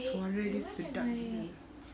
suara dia sedap gila